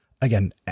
again